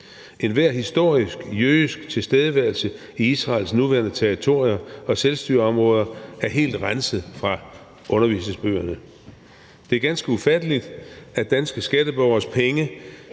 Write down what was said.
Enhver historisk jødisk tilstedeværelse i Israels nuværende territorier og selvstyreområder er helt renset væk fra undervisningsbøgerne. Det er ganske forfærdeligt, at danske skatteborgeres penge